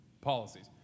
policies